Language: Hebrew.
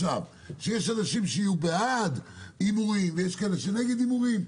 שיש אנשים שיהיו בעד הימורים ויש כאלה שנגד הימורים,